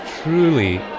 truly